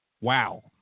Wow